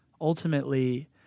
ultimately